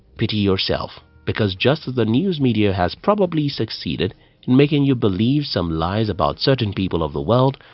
pity yourself because just as the news media has probably succeeded in making you believe some lies about certain people of the world,